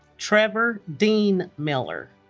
trevor dean miller